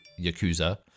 Yakuza